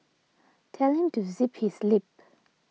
tell him to zip his lip